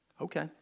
Okay